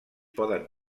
poden